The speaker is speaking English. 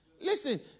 Listen